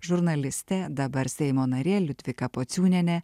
žurnalistė dabar seimo narė liudvika pociūnienė